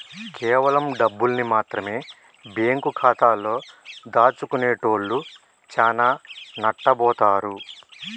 కేవలం డబ్బుల్ని మాత్రమె బ్యేంకు ఖాతాలో దాచుకునేటోల్లు చానా నట్టబోతారు